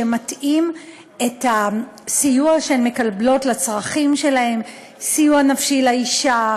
שמתאים את הסיוע שהן מקבלות לצרכים שלהן: סיוע נפשי לאישה,